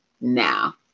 now